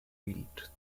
bild